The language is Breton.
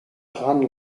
ran